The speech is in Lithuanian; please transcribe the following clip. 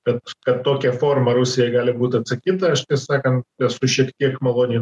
bet kad tokia forma rusijai gali būt atsakyta aš tiesą sakant esu šiek tiek maloniai